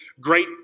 great